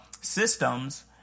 systems